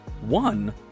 one